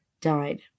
died